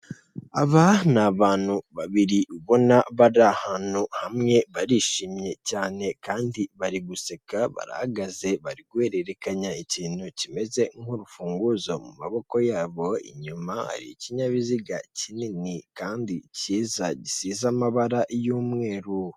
Aba ni abantu babiri ubona bari ahantu hamwe barishimye cyane kandi bari guseka bahagaze bari guhererekanya ikintu kimeze nk'urufunguzo mu maboko yabo inyuma hari ikinyabiziga kinini kandi cyiza gisize amabara y'umweru.